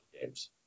games